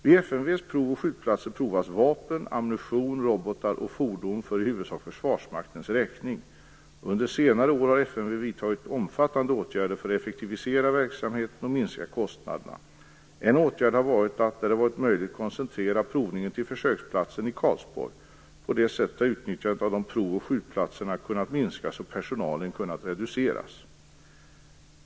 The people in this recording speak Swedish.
Vid FMV:s prov och skjutplatser provas vapen, ammunition, robotar och fordon för i huvudsak Försvarsmaktens räkning. Under senare år har FMV vidtagit omfattande åtgärder för att effektivisera verksamheten och minska kostnaderna. En åtgärd har varit att, när så har varit möjligt, koncentrera provningen till försöksplatsen i Karlsborg. På detta sätt har utnyttjandet av de övriga prov och skjutplatserna kunnat minskas och personalen kunnat reduceras.